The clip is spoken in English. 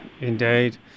indeed